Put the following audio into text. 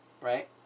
right